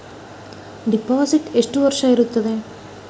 Deposit ಎಷ್ಟು ವರ್ಷ ಇರುತ್ತದೆ?